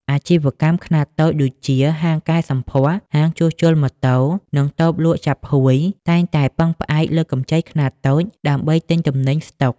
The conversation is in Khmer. អាជីវកម្មខ្នាតតូចដូចជា ហាងកែសម្ផស្ស ហាងជួសជុលម៉ូតូ និងតូបលក់ចាប់ហួយ តែងតែពឹងផ្អែកលើកម្ចីខ្នាតតូចដើម្បីទិញទំនិញស្ដុក។